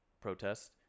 protest